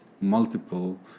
multiple